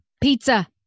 Pizza